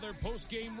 post-game